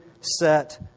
set